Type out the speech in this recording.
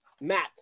matt